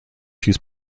use